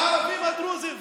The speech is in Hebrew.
הערבים הדרוזים,